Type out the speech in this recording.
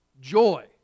joy